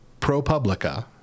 ProPublica